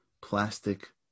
plastic